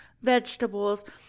vegetables